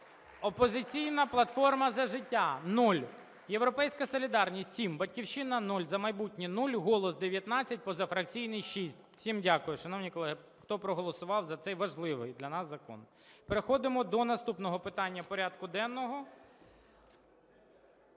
"Опозиційна платформа – За життя" – 0, "Європейська солідарність" – 7, "Батьківщина" – 0, "За майбутнє" – 0, "Голос" – 19, позафракційні – 6. Всім дякую, шановні колеги, хто проголосував за цей важливий для нас закон. Переходимо до наступного питання порядку денного.